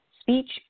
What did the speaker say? speech